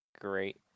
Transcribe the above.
great